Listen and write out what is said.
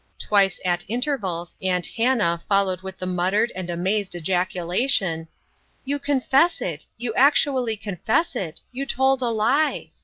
twice, at intervals, aunt hannah followed with the muttered and amazed ejaculation you confess it you actually confess it you told a lie!